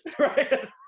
right